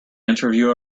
interview